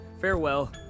Farewell